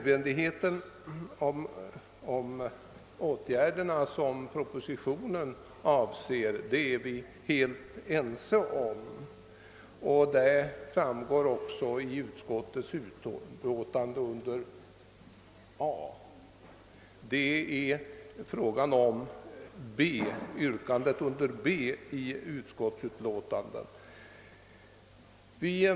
Vi är helt ense beträffande de åtgärder som föreslås i propositionen, vilket framgår av yrkandet under A. i utskottsutlåtandet.